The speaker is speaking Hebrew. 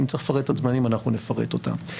אם צריך לפרט את הדברים אנחנו נפרט אותם.